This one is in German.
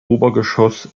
obergeschoss